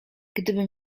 gdybym